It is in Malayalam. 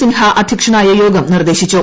സിൻഹ അദ്ധ്യക്ഷനായ യോഗം നിർദ്ദേശിച്ചു